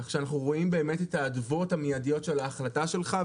כך שאנחנו רואים את האדוות המידיות של ההחלטה שלך.